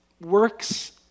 works